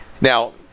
Now